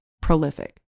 prolific